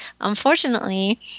unfortunately